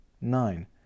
nine